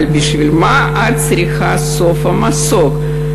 אבל בשביל מה את צריכה, סופה, מסוק?